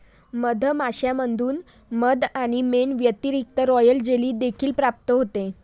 मधमाश्यांमधून मध आणि मेण व्यतिरिक्त, रॉयल जेली देखील प्राप्त होते